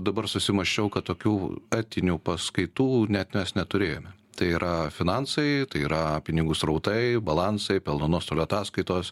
dabar susimąsčiau kad tokių etinių paskaitų net mes neturėjome tai yra finansai tai yra pinigų srautai balansai pelno nuostolio ataskaitos